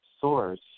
Source